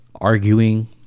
arguing